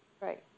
Right